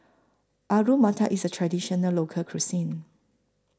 Alu Matar IS A Traditional Local Cuisine